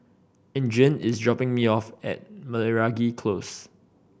Adriene is dropping me off at Meragi Close